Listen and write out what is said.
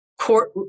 court